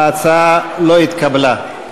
ההצעה לא התקבלה.